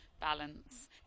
balance